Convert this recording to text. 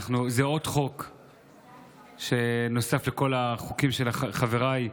זה חוק שנוסף לכל החוקים של חבריי,